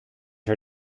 her